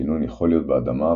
הקינון יכול להיות באדמה,